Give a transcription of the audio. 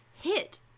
hit